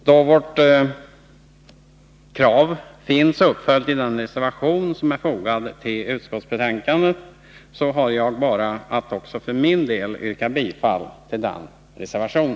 Då vårt krav finns uppföljt i den reservation som är fogad till utskottsbetänkandet har jag bara att också för min del yrka bifall till denna reservation.